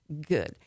good